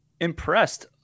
impressed